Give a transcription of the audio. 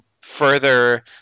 further